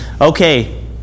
Okay